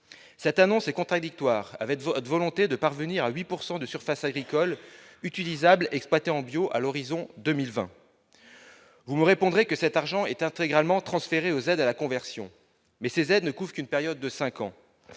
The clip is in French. cette annonce est contradictoire avec votre volonté de parvenir à 8 pourcent de surface agricole utilisable exploitée en bio à l'horizon 2020, vous me répondrez que cet argent est intégralement transférée aux aides à la conversion mais ces aides ne couvre qu'une période de 5 ans,